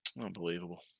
Unbelievable